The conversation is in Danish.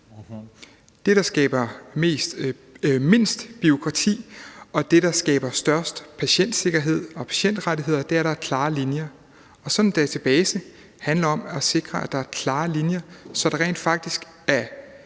Det, der skaber mindst bureaukrati, og det, der skaber størst patientsikkerhed og de bedste patientrettigheder, er, at der er klare linjer. Sådan en database handler om at sikre, at der er klare linjer, så det rent faktisk er